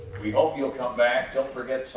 we hope you'll come back. don't forget,